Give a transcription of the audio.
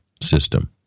system